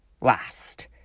last